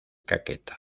caquetá